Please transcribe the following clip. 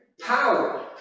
Power